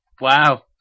Wow